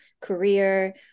career